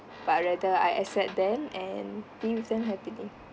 but rather I accept them and be with them happily